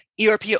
ERP